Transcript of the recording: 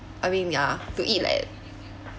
I mean ya to eat leh